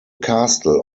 castle